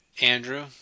Andrew